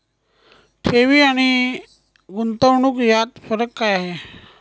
ठेवी आणि गुंतवणूक यात फरक काय आहे?